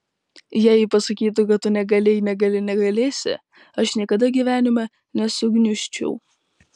jei ji pasakytų kad tu negalėjai negali negalėsi aš niekada gyvenime nesugniužčiau